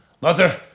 Mother